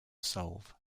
solve